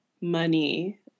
money